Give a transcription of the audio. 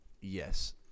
Yes